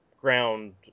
ground